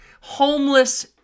Homeless